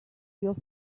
your